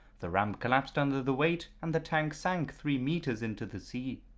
the ramp collapsed under the weight and the tank sank three metres into the sea.